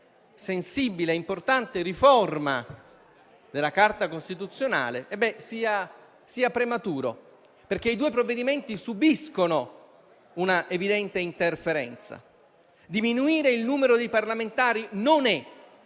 sensibile e importante riforma della Carta costituzionale sia prematuro, perché i due provvedimenti subiscono un'evidente interferenza. Diminuire il numero dei parlamentari non è